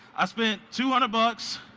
i spent two hundred but